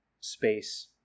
space